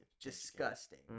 disgusting